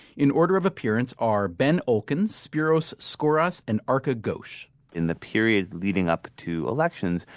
in order of appearance, are ben olken, spyros skouras and arka ghosh in the period leading up to elections,